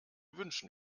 wünschen